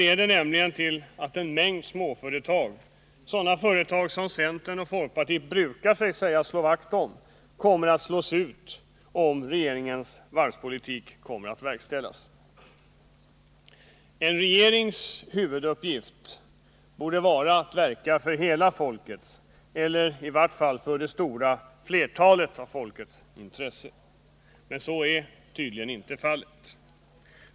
Den leder nämligen till att en mängd småföretag, sådana företag som centern och folkpartiet brukar säga sig slå vakt om, kommer att slås ut om regeringens varvspolitik verkställs. En regerings huvuduppgift borde vara att verka för hela folkets, eller i vart fall för det stora flertalets, intresse. Men så är tydligen inte fallet.